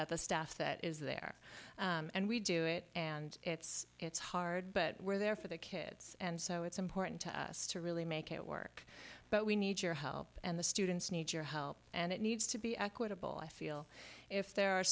at the staff that is there and we do it and it's it's hard but we're there for the kids and so it's important to us to really make it work but we need your help and the students need your help and it needs to be equitable i feel if there are